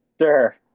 Sure